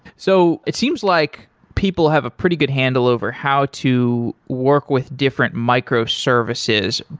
so it seems like people have a pretty good handle over how to work with different microservices.